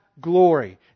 glory